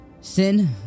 sin